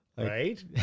Right